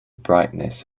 brightness